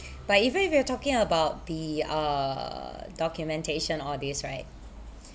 but even if you're talking about the uh documentation all these right